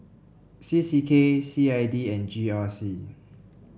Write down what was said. C C K C I D and G R C